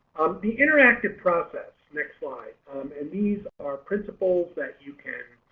the interactive process next slide um and these are principles that you can